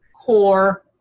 core